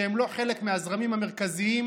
שהם לא חלק מהזרמים המרכזיים,